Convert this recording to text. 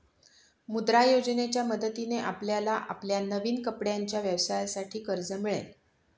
मुद्रा योजनेच्या मदतीने आपल्याला आपल्या नवीन कपड्यांच्या व्यवसायासाठी कर्ज मिळेल